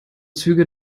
züge